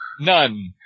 None